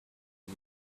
and